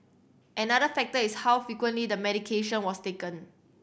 another factor is how frequently the medication was taken